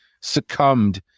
succumbed